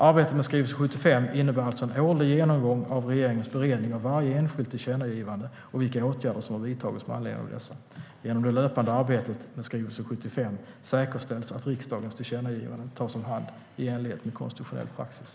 Arbetet med skrivelse 75 innebär alltså en årlig genomgång av regeringens beredning av varje enskilt tillkännagivande och vilka åtgärder som har vidtagits med anledning av dessa. Genom det löpande arbetet med skrivelse 75 säkerställs att riksdagens tillkännagivanden tas om hand i enlighet med konstitutionell praxis.